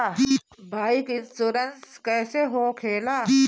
Bike insurance कैसे होखे ला?